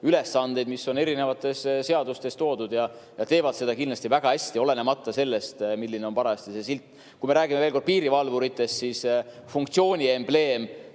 ülesandeid, mis on erinevates seadustes toodud, ja nad teevad seda kindlasti väga hästi, olenemata sellest, milline on parajasti see silt. Kui me räägime veel kord piirivalvuritest, siis funktsiooni embleem,